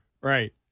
Right